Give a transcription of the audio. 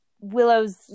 Willow's